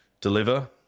deliver